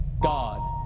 God